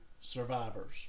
survivors